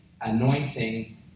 anointing